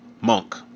Monk